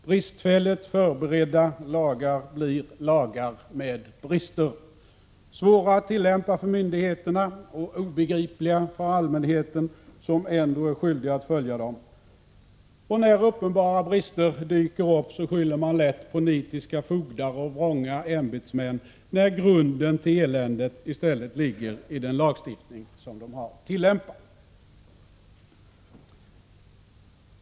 Bristfälligt förberedda lagar blir lagar med brister, svåra att tillämpa för myndigheterna och obegripliga för allmänheten, som ändå är skyldig att följa dem. När uppenbara brister dyker upp skyller man lätt på nitiska fogdar och vrånga ämbetsmän, trots att grunden till eländet i stället ligger i den lagstiftning som de har att tillämpa.